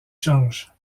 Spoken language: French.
change